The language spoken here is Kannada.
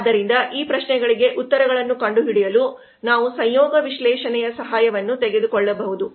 ಆದ್ದರಿಂದ ಈ ಪ್ರಶ್ನೆಗಳಿಗೆ ಉತ್ತರಗಳನ್ನು ಕಂಡುಹಿಡಿಯಲು ನಾವು ಸಂಯೋಗ ವಿಶ್ಲೇಷಣೆಯ ಸಹಾಯವನ್ನು ತೆಗೆದುಕೊಳ್ಳಬಹುದು